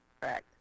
Correct